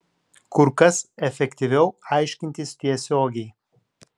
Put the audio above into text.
kur kas efektyviau aiškintis tiesiogiai